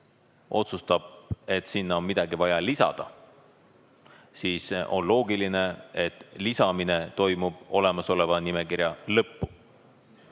otsustab, et sinna on midagi vaja lisada, siis on loogiline, et lisamine toimub olemasoleva nimekirja lõpu.